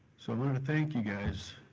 so i want to thank you guys,